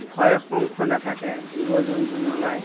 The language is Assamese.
ভয় শংকা নাথাকে জীৱ জন্তু নোলায়